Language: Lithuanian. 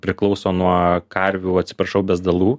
priklauso nuo karvių atsiprašau bezdalų